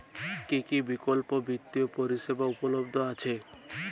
কী কী বিকল্প বিত্তীয় পরিষেবা উপলব্ধ আছে?